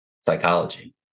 psychology